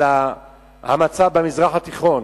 המצב במזרח התיכון,